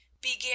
began